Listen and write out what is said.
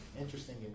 interesting